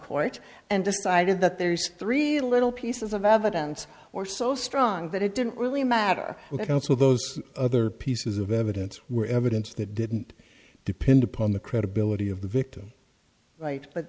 court and decided that there is three little pieces of evidence or so strong that it didn't really matter the council those other pieces of evidence were evidence that didn't depend upon the credibility of the victim right but